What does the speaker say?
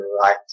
right